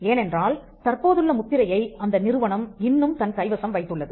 ஏனென்றால் தற்போதுள்ள முத்திரையை அந்த நிறுவனம் இன்னும் தன்வசம் வைத்துள்ளது